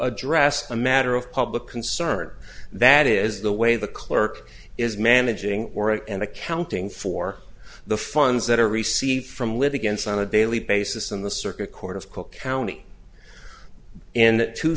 address a matter of public concern that is the way the clerk is managing and accounting for the funds that are received from live against on a daily basis in the circuit court of cook county in two